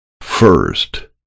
First